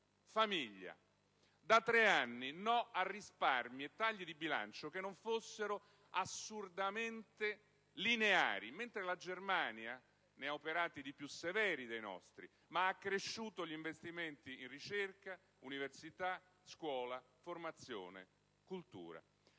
famiglia. Da tre anni, no a risparmi e tagli di bilancio che non fossero assurdamente lineari, mentre la Germania ne ha operati di più severi dei nostri, ma ha accresciuto gli investimenti in ricerca, università, scuola, formazione, cultura.